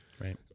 Right